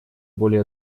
более